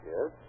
Yes